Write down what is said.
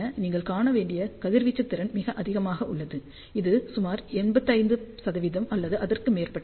நீங்கள் காணக்கூடிய கதிர்வீச்சு திறன் மிக அதிகமாக உள்ளது இது சுமார் 85 அல்லது அதற்கு மேற்பட்டது